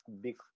big